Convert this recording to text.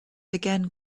began